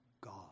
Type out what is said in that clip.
God